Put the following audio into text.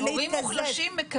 הורים מוחלשים מקבלים.